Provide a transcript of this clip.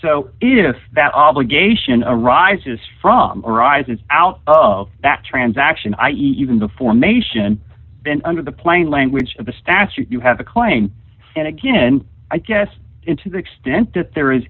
it is that obligation arises from arises out of that transaction i even the formation then under the plain language of the statute you have a claim and again i guess it to the extent that there is